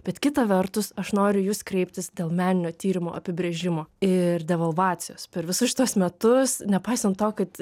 bet kita vertus aš noriu į jus kreiptis dėl meninio tyrimo apibrėžimo ir devalvacijos per visus šituos metus nepaisant to kad